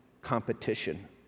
competition